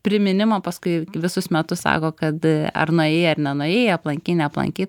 priminimą paskui visus metus sako kad ar nuėjai ar nenuėjai aplankei neaplankei